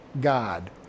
god